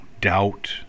doubt